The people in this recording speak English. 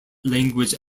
language